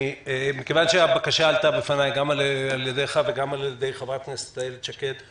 מכוון שהבקשה עלתה בפניי גם על ידיך וגם על ידי חברת הכנסת איילת שקד,